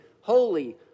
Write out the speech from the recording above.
holy